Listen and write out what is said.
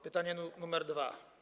Pytanie nr 2.